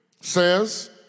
says